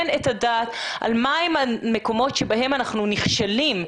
הדעת על מה הם המקומות בהם אנחנו נכשלים.